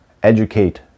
educate